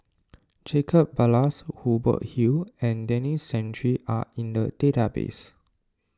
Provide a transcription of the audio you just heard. Jacob Ballas Hubert Hill and Denis Santry are in the database